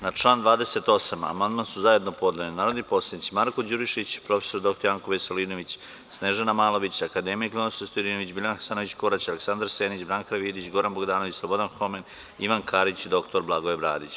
Na član 28. amandman su zajedno podneli narodni poslanici Marko Đurišić, prof. dr Janko Veselinović, Snežana Malović, akademik Ninoslav Stojadinović, Biljana Hasanović Korać, Aleksandar Senić, Branka Karavidić, Goran Bogdanović, Slobodan Homen, Ivan Karić i dr Blagoje Bradić.